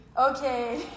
okay